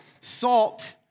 Salt